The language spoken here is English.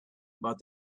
about